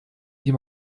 die